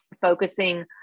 focusing